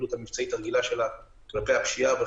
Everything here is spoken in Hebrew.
לפעילות המבצעית הרגילה שלה כלפי הפשיעה,